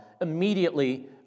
immediately